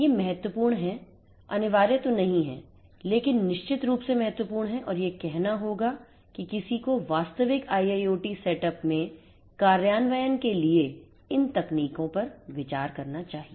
ये महत्वपूर्ण हैं ये अनिवार्य तो नहीं हैं लेकिन निश्चित रूप से महत्वपूर्ण हैं और यह कहना होगा कि किसी को वास्तविक IIoT सेटअप में कार्यान्वयन के लिए इन तकनीकों पर विचार करना चाहिए